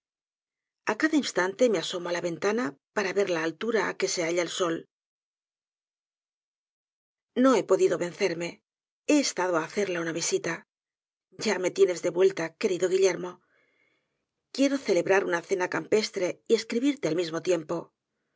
dia a cada instante me asomo á la ventana para ver la altura á que se ha'la el sol no he podido vencerme he estado á hacerla una visita ya me tienes de vuelta querido guillermo quiero celebrar una cena campestre y escribirte al mismo tiempo